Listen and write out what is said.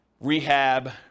rehab